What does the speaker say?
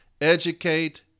educate